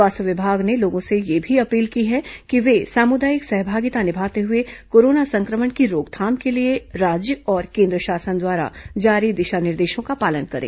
स्वास्थ्य विभाग ने लोगों से यह भी अपील की है कि वे सामुदायिक सहभागिता निभाते हुए कोरोना संक्रमण की रोकथाम के लिए राज्य और केंद्र शासन द्वारा जारी दिशा निर्देशों का पालन करें